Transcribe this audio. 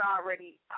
already